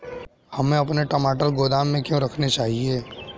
हमें अपने टमाटर गोदाम में क्यों रखने चाहिए?